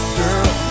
girl